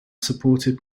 supported